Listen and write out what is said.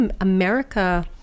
America